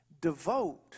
devote